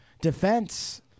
defense